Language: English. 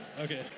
okay